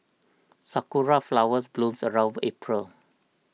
sakura flowers blooms around April